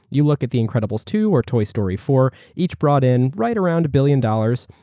you look at the incredibles two or toy story four, each brought in right around a billion dollars.